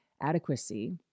adequacy